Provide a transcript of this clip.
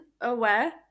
aware